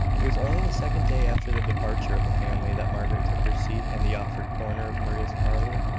it was only the second day after the departure of the family that margaret took her seat in the offered corner of maria's parlour.